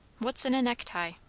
what's in a necktie?